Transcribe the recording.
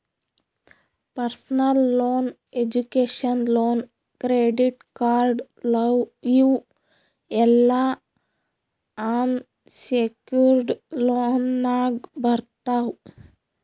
personal loan, education loan, credit card ಇವ್ ಎಲ್ಲಾ unsecured ಲೋನ್ನಾಗ್ ಬರ್ತಾವ್